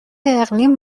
اقلیم